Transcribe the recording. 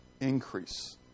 increase